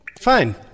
Fine